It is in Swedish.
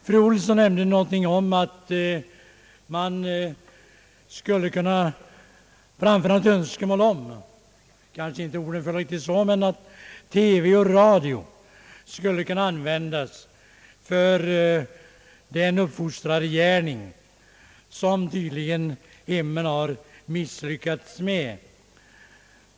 Fru Elvy Olsson nämnde något om att radio och TV skulle kunna användas för den uppfostrargärning som hemmen, enligt hennes uppfattning tydligen i stor utsträckning har misslyckats med.